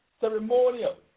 Ceremonial